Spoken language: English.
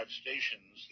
stations